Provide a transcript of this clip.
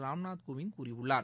ராம்நாத் கோவிந்த் கூறியுள்ளார்